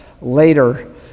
later